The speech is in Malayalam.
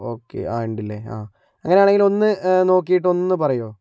ഓക്കെ ആ ഉണ്ട് അല്ലേ ആ അങ്ങനെയാണെങ്കിൽ ഒന്ന് നോക്കിയിട്ട് ഒന്ന് പറയുമോ